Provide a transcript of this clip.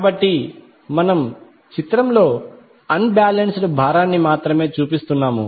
కాబట్టి మనము చిత్రంలో అన్ బాలెన్స్డ్ భారాన్ని మాత్రమే చూపిస్తున్నాము